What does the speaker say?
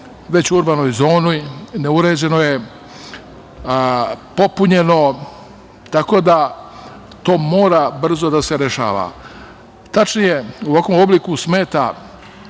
već u urbanoj zoni, neuređeno je, popunjeno. Tako da, to mora brzo da se rešava. Tačnije, u ovakvom obliku smeta